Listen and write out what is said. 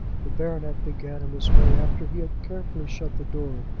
the baronet began in this way after he had carefully shut the door,